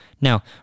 Now